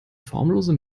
formlose